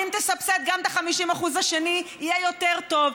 ואם תסבסד גם את ה-50% האחרים יהיה יותר טוב,